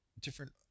different